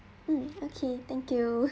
mm okay thank you